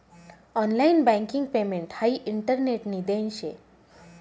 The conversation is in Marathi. ऑनलाइन बँकिंग पेमेंट हाई इंटरनेटनी देन शे